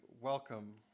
welcome